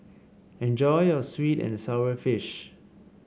enjoy your sweet and sour fish